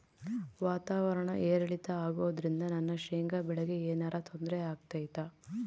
ವಾತಾವರಣ ಏರಿಳಿತ ಅಗೋದ್ರಿಂದ ನನ್ನ ಶೇಂಗಾ ಬೆಳೆಗೆ ಏನರ ತೊಂದ್ರೆ ಆಗ್ತೈತಾ?